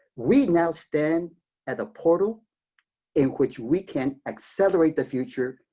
we now stand at the portal in which we can accelerate the future,